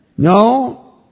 No